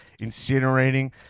incinerating